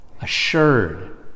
assured